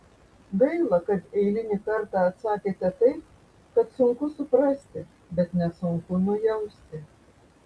gaila kad eilinį kartą atsakėte taip kad sunku suprasti bet nesunku nujausti